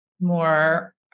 more